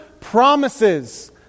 promises